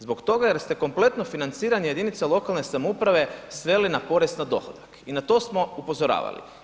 Zbog toga jer ste kompletno financiranje jedinica lokalne samouprave sveli na porez na dohodak i na smo upozoravali.